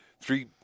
three